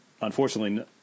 Unfortunately